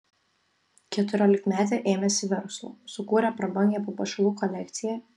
keturiolikmetė ėmėsi verslo sukūrė prabangią papuošalų kolekciją